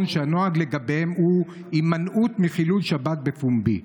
שהנוהג לגביהם הוא הימנעות מחילול שבת בפומבי.